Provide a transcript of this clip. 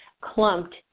clumped